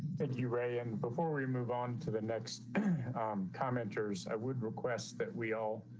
you ready i'm before we move on to the next commenters i would request that we all